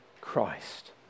Christ